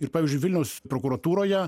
ir pavyzdžiui vilniaus prokuratūroje